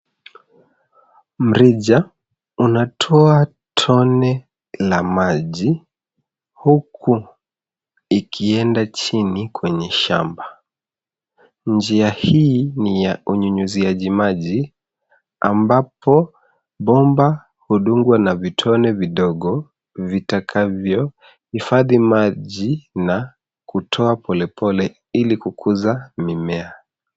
Mrija unatoa tone la maji huku ikienda chini kwenye shamba. Njia hii ni ya unyunyuziaji maji ambapo bomba hudungwa na vitone vidogo vitakavyohifadhi maji na kukuza mimea.